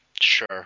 Sure